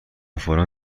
فورا